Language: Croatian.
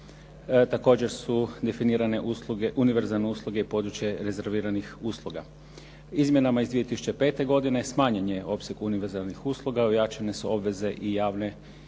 Također su definirane usluge, univerzalne usluge i područje rezerviranih usluga. Izmjenama iz 2005. godine smanjen je opseg univerzalnih usluga, ojačane su obveze i javne ovlasti